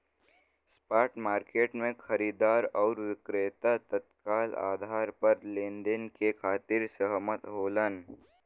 spot market में खरीदार आउर विक्रेता तत्काल आधार पर लेनदेन के खातिर सहमत होलन